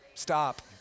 stop